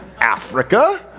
africa,